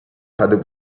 padł